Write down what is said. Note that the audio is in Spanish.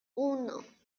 uno